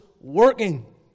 working